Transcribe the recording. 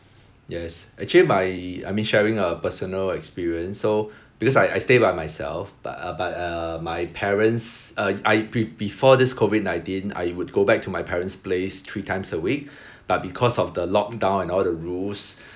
yes actually my I mean sharing a personal experience so because I I stay by myself but uh but uh my parents uh I be~ be~ before this COVID nineteen I would go back to my parents' place three times a week but because of the lock down and all the rules